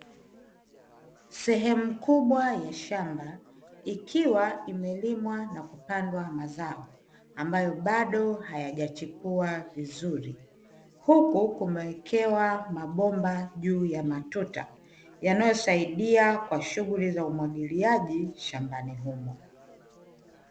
Sehemu kubwa ya shamba ikiwa imelimwa na kupandwa mazao ambayo bado hayajachipua vizuri, huku kumewekewa mabomba juu ya matuta yanayo saidia shughuli za umwagiliaji shambani humo.